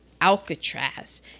Alcatraz